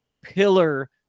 pillar